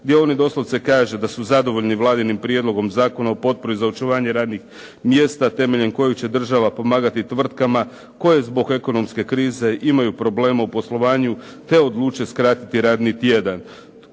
gdje oni doslovce kažu da su zadovoljni Vladinim prijedlogom zakona o potpori za očuvanje radnih mjesta temeljem kojih će država pomagati tvrtkama koje zbog ekonomske krize imaju problema u poslovanju te odluče skratiti radni tjedan.